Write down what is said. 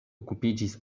okupiĝis